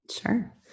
Sure